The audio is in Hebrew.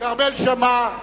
כרמל שאמה,